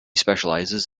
specializes